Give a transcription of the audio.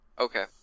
Okay